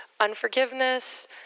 Unforgiveness